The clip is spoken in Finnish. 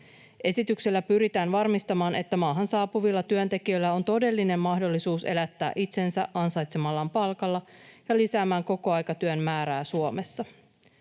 Esityksellä pyritään varmistamaan, että maahan saapuvilla työntekijöillä on todellinen mahdollisuus elättää itsensä ansaitsemallaan palkalla, ja lisäämään kokoaikatyön määrää Suomessa.